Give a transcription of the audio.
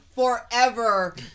forever